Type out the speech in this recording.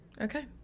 okay